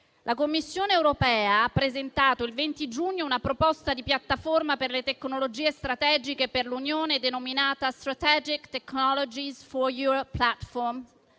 La Commissione europea ha presentato il 20 giugno una proposta di piattaforma per le tecnologie strategiche per l'Unione, denominata Strategic technologies for UE platform,